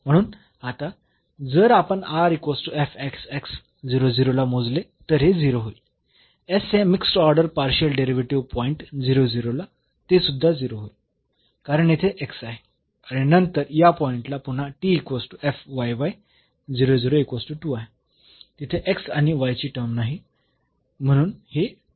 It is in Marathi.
म्हणून आता जर आपण ला मोजले तर हे 0 होईल s हे mixed order partial derivative point ला ते सुद्धा 0 होईल कारण येथे आहे आणि नंतर या पॉईंटला पुन्हा आहे तिथे आणि टर्म नाही म्हणून हे 2 आहे